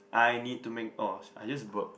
I need to make oh I just burped